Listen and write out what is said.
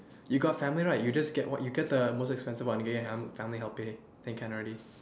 you got family right you just get what you get the most expensive one you get your fam~ family to help pay then can already